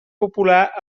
popular